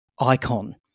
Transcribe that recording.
icon